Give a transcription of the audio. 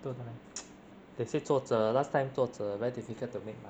don't they say 作者 last time 作者 very difficult to make money